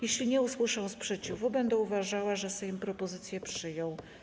Jeśli nie usłyszę sprzeciwu, będę uważała, że Sejm propozycję przyjął.